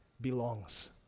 belongs